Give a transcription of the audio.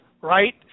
right